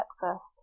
breakfast